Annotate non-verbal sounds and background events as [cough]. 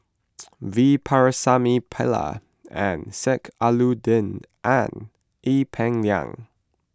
[noise] V Pakirisamy Pillai and Sheik Alauddin and Ee Peng Liang